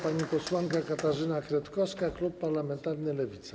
Pani posłanka Katarzyna Kretkowska, klub parlamentarny Lewica.